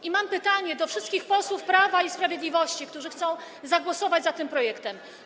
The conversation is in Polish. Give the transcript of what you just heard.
I mam pytanie do wszystkich posłów Prawa i Sprawiedliwości, którzy chcą zagłosować za tym projektem.